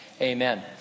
amen